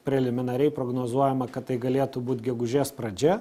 preliminariai prognozuojama kad tai galėtų būt gegužės pradžia